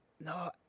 no